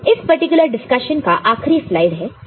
तो इस particular discussion का आखिरी स्लाइड है